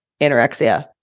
anorexia